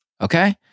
okay